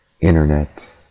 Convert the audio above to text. Internet